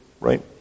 right